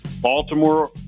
baltimore